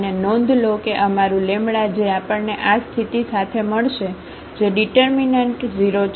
અને નોંધ લો કે અમારું લેમ્બડા જે આપણને આ સ્થિતિ સાથે મળશે જે ઙીટરમીનન્ટ 0 છે